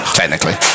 technically